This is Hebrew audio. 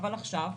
עכשיו,